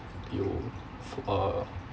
you uh